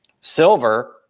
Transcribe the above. Silver